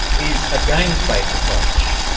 is a games-based approach.